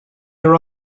are